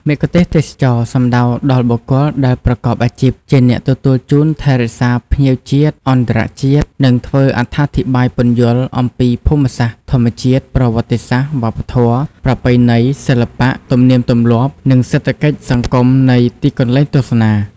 មគ្គុទ្ទេសក៍ទេសចរណ៍សំដៅដល់បុគ្គលដែលប្រកបអាជីព ជាអ្នកទទួលជូនថែរក្សាភ្ញៀវជាតិ អន្តរជាតិ និងធ្វើអត្ថាធិប្បាយពន្យល់ អំពីភូមិសាស្ត្រ ធម្មជាតិ ប្រវត្តិសាស្រ្ត វប្បធម៌ ប្រពៃណី សិល្បៈ ទំនៀមទម្លាប់ និងសេដ្ឋកិច្ច សង្គមនៃទីកន្លែងទស្សនា។